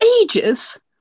ages